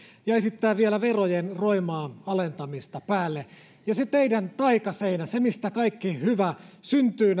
ja esittää vielä verojen roimaa alentamista päälle ja kysyisin siitä teidän taikaseinästänne siitä mistä kaikki hyvä syntyy